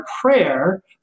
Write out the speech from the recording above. prayer